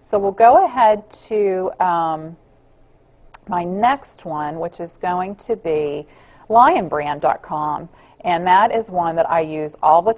so we'll go ahead to my next one which is going to be lion brand dot com and that is one that i use all the